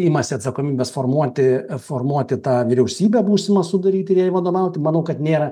imasi atsakomybės formuoti formuoti tą vyriausybę būsimą sudaryti ir jai vadovauti manau kad nėra